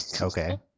okay